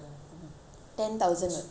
in six months I need to write